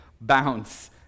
bounce